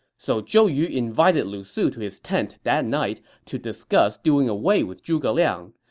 so zhou yu invited lu su to his tent that night to discuss doing away with zhuge liang.